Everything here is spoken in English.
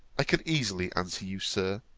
i could easily answer you, sir,